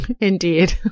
Indeed